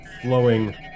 flowing